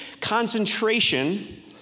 concentration